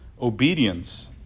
Obedience